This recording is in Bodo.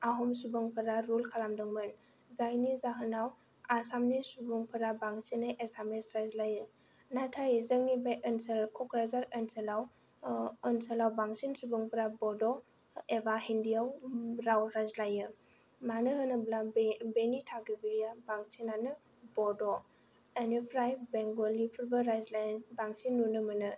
आहम सुबुंफोरा रुल खालामदोंमोन जायनि जाहोनाव आसामनि सुबुंफोरा बांसिनै एसामिस रायज्लायो नाथाय जोंनि बे ओनसोल क'क्राझार ओनसोलाव बांसिन सुबुंफोरा बड' एबा हिन्दीयाव राव रायज्लायो मानो होनोबोला बेनि थागिबिया बांसिनानो बड' बेनिफ्राय बेंगलिफोरबो रायज्लायनाय बांसिन नुनो मोनो